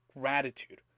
gratitude